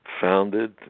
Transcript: founded